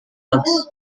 bugs